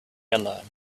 alone